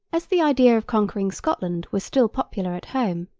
as the idea of conquering scotland was still popular at home,